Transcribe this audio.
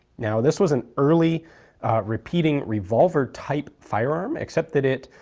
now this was an early repeating revolver type firearm except that it,